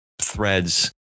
threads